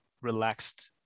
relaxed